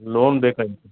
loan ಬೇಕಾಗಿತ್ತಾ